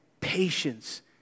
patience